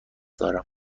دارم